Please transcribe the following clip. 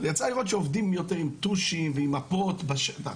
אבל יצא לי לראות שעובדים יותר עם טושים ועם מפות בשטח.